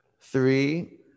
three